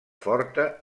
forta